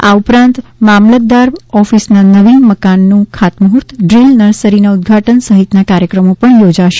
આ ઉપરાંત મામલતદાર ઓફિસના નવીન મકાનનું ખાતમુહૂર્ત ડ્રીલ નર્સરીના ઉદઘાટન સહિતના કાર્યક્રમો યોજાશે